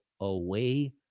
away